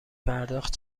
پرداخت